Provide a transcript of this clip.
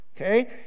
okay